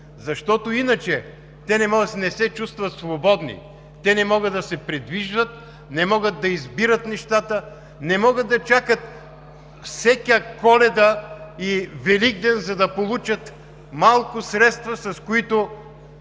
защото иначе не се чувстват свободни, не могат да се придвижват, не могат да избират нещата, не могат да чакат всяка Коледа и Великден, за да получат малко средства, с които